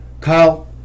Kyle